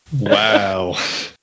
Wow